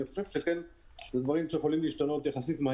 חלק מן הדברים יכולים להשתנות מהר יחסית,